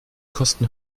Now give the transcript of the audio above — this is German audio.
kosten